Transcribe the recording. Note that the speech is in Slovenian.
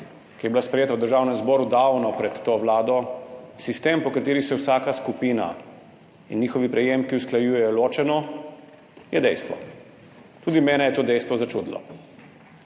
ki je bila sprejeta v Državnem zboru davno pred to vlado, sistem, po katerem se vsaka skupina in njihovi prejemki usklajujejo ločeno, je dejstvo. Tudi mene je to dejstvo začudilo.